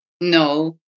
No